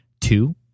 Two